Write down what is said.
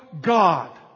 God